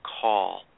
call